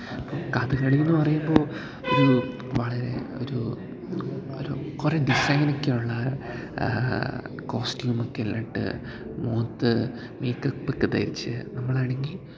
കഥകളി എന്ന് പറയുമ്പോൾ ഒരു വളരെ ഒരു ഒരു കുറെ ഡിസൈനൊക്കെയുള്ള കോസ്റ്റ്യൂമൊക്കെ എല്ലാം ഇട്ട് മുഖത്ത് മേക്കപ്പൊക്കെ തേച്ച് നമ്മളാണെങ്കിൽ